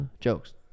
jokes